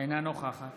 אינה נוכחת